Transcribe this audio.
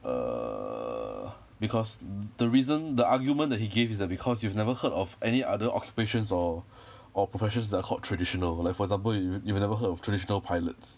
err because the reason the argument that he gave is that because you've never heard of any other occupations or or professions that are called traditional like for example you you've never heard of traditional pilots